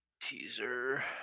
Teaser